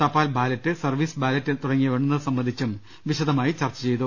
തപാൽ ballot service ballot തുടങ്ങിയവ എണ്ണുന്നത് സംബ ന്ധിച്ചും വിശദമായി ചർച്ച ചെയ്തു